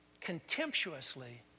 contemptuously